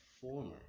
former